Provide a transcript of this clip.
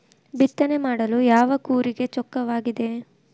ಬಿತ್ತನೆ ಮಾಡಲು ಯಾವ ಕೂರಿಗೆ ಚೊಕ್ಕವಾಗಿದೆ?